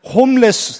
Homeless